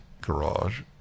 garage